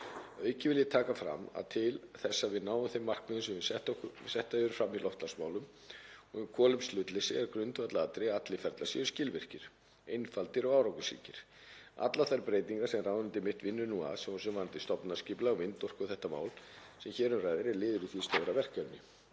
auki vil ég taka fram að til þess að við náum þeim markmiðum sem sett hafa verið fram í loftslagsmálum og um kolefnishlutleysi er grundvallaratriði að allir ferlar séu skilvirkir, einfaldir og árangursríkir. Allar þær breytingar sem ráðuneytið mitt vinnur nú að, svo sem varðandi stofnanaskipulag, vindorku og þetta mál sem hér um ræðir, eru liður í því stóra verkefni.